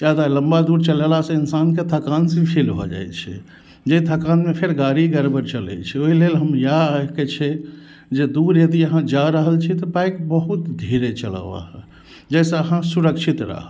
जादा लम्बा दूर चलेला सँ इंसानके थकान से फील भऽ जाइ छै जाहि थकानमे फेर गाड़ी गड़बड़ चलै छै ओहि लेल हम इएह आइके छै जे दूर यदि अहाँ जा रहल छी तऽ बाइक बहुत धीरे चलऽ है जाहिसँ अहाँ सुरक्षित रह